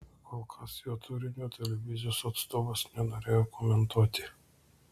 kol kas jo turinio televizijos atstovas nenorėjo komentuoti